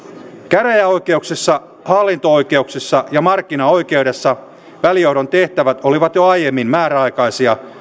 käräjäoikeuksissa hallinto oikeuksissa ja markkinaoikeudessa välijohdon tehtävät olivat jo aiemmin määräaikaisia